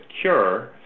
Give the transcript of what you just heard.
CURE